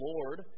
Lord